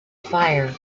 fire